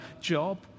job